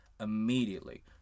immediately